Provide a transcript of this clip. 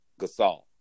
Gasol